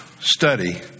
study